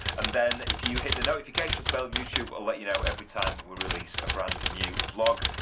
and then if you hit the notifications bell youtube will let you know every time we release a brand new vlog.